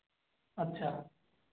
अच्छा